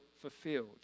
fulfilled